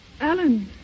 Alan